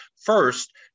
first